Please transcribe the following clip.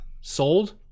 sold